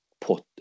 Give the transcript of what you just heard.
put